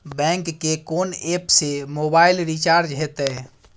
Bank के कोन app से मोबाइल रिचार्ज हेते?